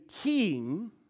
king